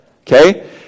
Okay